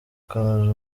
komeza